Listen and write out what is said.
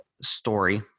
story